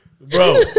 bro